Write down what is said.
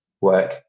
work